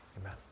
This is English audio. Amen